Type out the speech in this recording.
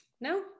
No